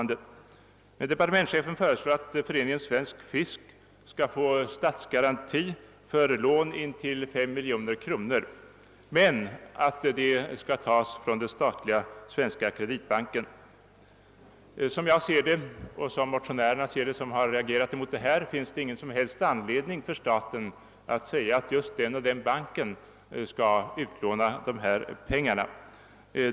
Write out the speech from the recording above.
Departementschefen föreslår att föreningen Svensk fisk skall få statsgaranti för lån intill 5 miljoner kronor och att pengarna skall tas från den statliga banken Sveriges kreditbank. Enligt min och motionärernas mening finns det ingen som helst anledning för staten att säga att just den eller den banken skall utlåna pengarna.